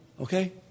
Okay